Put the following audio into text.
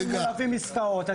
אתם עושים עסקאות,